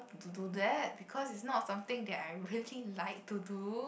to do that because it's not something that I really like to do